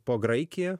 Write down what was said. po graikiją